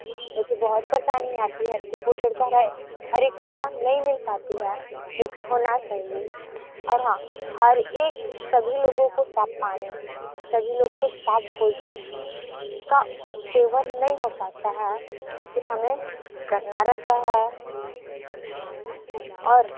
ऐसी बहुत परेशानी आती है कुपोषण कह रहे हरेक सुविधा नहीं मिल पाती है जो कि होना चाहिए और हाँ हर एक सभी लोगों को साफ पानी सभी लोग को साफ भोजन का सेवन नहीं हो पाता है क्योंकि हमें करना रहता है और